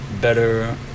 better